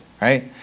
right